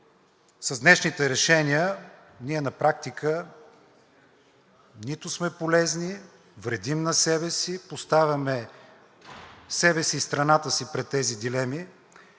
с днешните решения ние на практика нито сме полезни, вредим на себе си, поставяме себе си и страната си пред тези дилеми